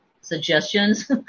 suggestions